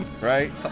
Right